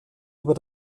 über